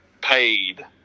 paid